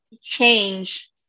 change